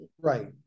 Right